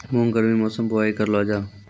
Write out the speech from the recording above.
मूंग गर्मी मौसम बुवाई करलो जा?